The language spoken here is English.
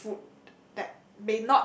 food that